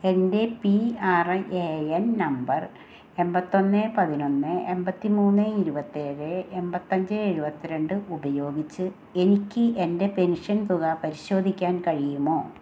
എൻ്റെ P R A N number എൺപത്തൊന്ന് പതിനൊന്ന് എൺപത്തി മൂന്ന് ഇരുപത്തേഴ് എൺപത്തഞ്ച് എഴുപത്തി രണ്ട് ഉപയോഗിച്ച് എനിക്ക് എൻ്റെ പെൻഷൻ തുക പരിശോധിക്കാൻ കഴിയുമോ